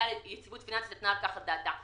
הוועדה ליציבות פיננסית נתנה על כך את דעתה,